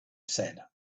said